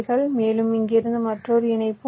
மேலும் இங்கிருந்து மற்றொரு இணைப்பு உள்ளது